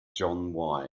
john